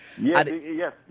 yes